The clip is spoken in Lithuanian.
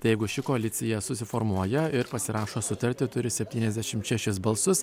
tai jeigu ši koalicija susiformuoja ir pasirašo sutartį turi septyniasdešimt šešis balsus